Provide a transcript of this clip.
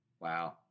Wow